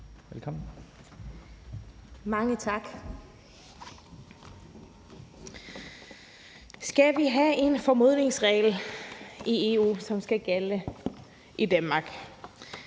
(LA): Mange tak. Skal vi have en formodningsregel i EU, som skal gælde i Danmark?